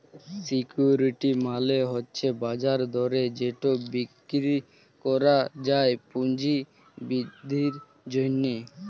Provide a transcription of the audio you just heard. security মালে হছে বাজার দরে যেট বিক্কিরি ক্যরা যায় পুঁজি বিদ্ধির জ্যনহে